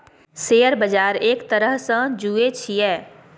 share बजार एक तरहसँ जुऐ छियै